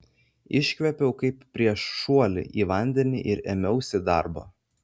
iškvėpiau kaip prieš šuolį į vandenį ir ėmiausi darbo